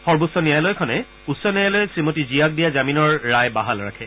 সৰ্বোচ্চ ন্যায়ালয়খনে উচ্চ ন্যায়ালয়ে শ্ৰীমতী জিয়াক দিয়া জামিনৰ ৰায় বাহাল ৰাখে